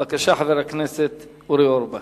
בבקשה, חבר הכנסת אורי אורבך.